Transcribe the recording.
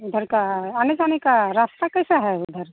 उधर का आने जाने का रास्ता कैसा है उधर का